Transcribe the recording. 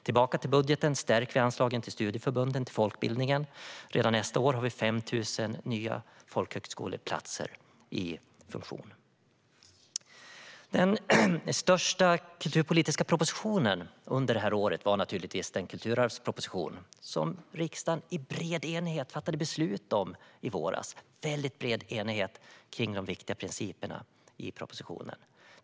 Tillbaka till budgeten stärker vi anslagen till studieförbunden och folkbildningen. Redan nästa år finns 5 000 nya folkhögskoleplatser i funktion. Den största kulturpolitiska propositionen under det här året var naturligtvis den kulturarvsproposition som riksdagen i bred enighet fattade beslut om i våras. Det var en mycket bred enighet om de viktiga principerna i propositionen.